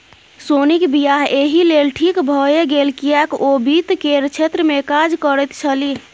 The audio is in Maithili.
सोनीक वियाह एहि लेल ठीक भए गेल किएक ओ वित्त केर क्षेत्रमे काज करैत छलीह